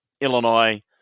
Illinois